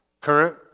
Current